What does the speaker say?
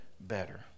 better